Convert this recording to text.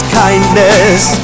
kindness